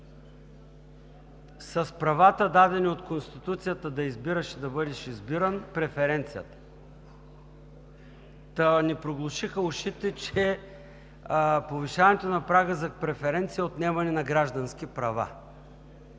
с правата, дадени от Конституцията – да избираш и да бъдеш избиран? Проглушиха ни ушите, че повишаването на прага за преференция е отнемане на граждански права.